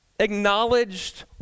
Acknowledged